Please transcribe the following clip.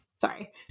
sorry